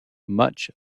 much